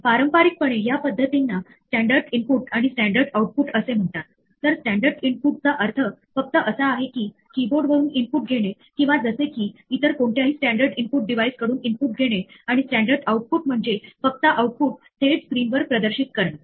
तर कदाचित आपण एखादी फाइल वाचण्याचा प्रयत्न करीत आहोत परंतु कदाचित अशी कुठलीही फाईल अस्तित्वात नाही किंवा आपण एखाद्या फाईल मध्ये लिहिण्याचा प्रयत्न करीत आहोत पण डिस्क खरोखरच पूर्णपणे भरली आहे